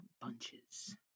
bunches